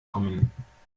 kommen